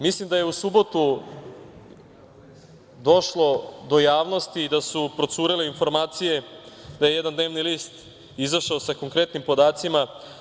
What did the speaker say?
Mislim da je u subotu došlo do javnosti da su procurele informacije da je jedan dnevni list izašao sa konkretnim podacima.